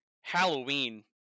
Halloween